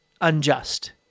unjust